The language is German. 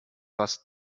was